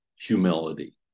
humility